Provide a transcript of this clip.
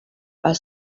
are